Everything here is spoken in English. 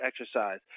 exercise